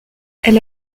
elle